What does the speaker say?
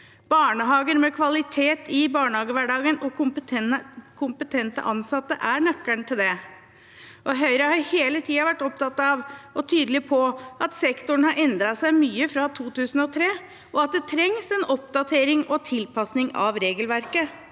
Barnehager med kvalitet i barnehagehverdagen og kompetente ansatte er nøkkelen til det. Høyre har hele tiden vært opptatt av og tydelig på at sektoren har endret seg mye fra 2003, og at det trengs en oppdatering og tilpasning av regelverket.